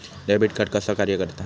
Debit card कसा कार्य करता?